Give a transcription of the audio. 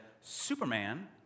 Superman